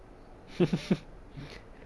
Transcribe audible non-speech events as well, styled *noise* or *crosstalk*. *laughs*